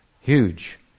Huge